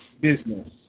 business